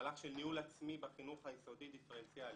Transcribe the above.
מהלך של ניהול עצמי בחינוך היסודי, דיפרנציאלי.